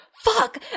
fuck